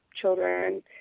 children